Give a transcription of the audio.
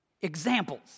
Examples